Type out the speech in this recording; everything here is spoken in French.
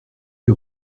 que